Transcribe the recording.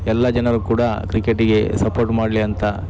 ಎಲ್ಲ ಜನರು ಕೂಡ ಕ್ರಿಕೆಟಿಗೆ ಸಪೋರ್ಟ್ ಮಾಡಲಿ ಅಂತ